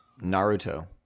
naruto